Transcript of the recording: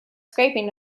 scraping